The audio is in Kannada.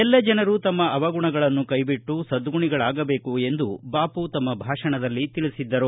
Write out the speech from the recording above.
ಎಲ್ಲ ಜನರು ತಮ್ಮ ಅವಗುಣಗಳನ್ನು ಕೈಬಿಟ್ಟು ಸದ್ಗುಣಿಗಳಾಗಬೇಕು ಎಂದು ಬಾಮ ತಮ್ಮ ಭಾಷಣದಲ್ಲಿ ತಿಳಿಸಿದ್ದರು